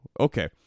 Okay